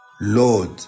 Lord